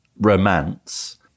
romance